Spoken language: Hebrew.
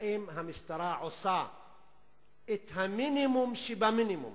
האם המשטרה עושה את המינימום שבמינימום